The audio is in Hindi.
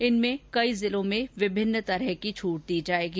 इनमें कई जिलों में विभिन्न छूट दी जाएगी